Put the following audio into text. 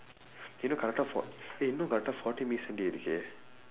you know correctaa four eh you know இன்னும்:innum correctaa forty minutes தான்:thaan dey இருக்கு:irukku